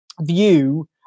view